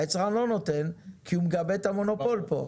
היצרן לא נותן כי הוא מגבה את המונופול כאן.